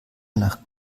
nach